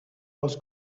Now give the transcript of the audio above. was